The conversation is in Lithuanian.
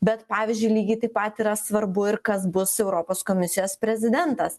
bet pavyzdžiui lygiai taip pat yra svarbu ir kas bus europos komisijos prezidentas